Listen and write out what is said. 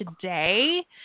today